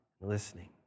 listening